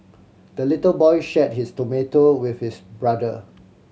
the little boy shared his tomato with his brother